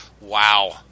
Wow